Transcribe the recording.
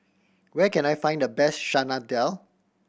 where can I find the best Chana Dal